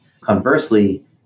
Conversely